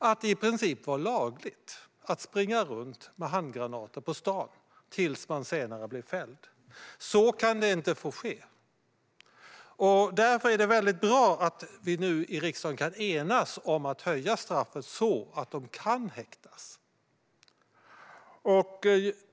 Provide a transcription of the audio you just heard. Det var i princip lagligt att springa runt med handgranater på stan tills man blev fälld. Så kan det inte få vara. Därför är det väldigt bra att vi nu i riksdagen kan enas om att höja straffet, så att dessa brottslingar kan häktas.